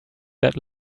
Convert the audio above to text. that